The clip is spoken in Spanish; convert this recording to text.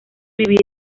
vivir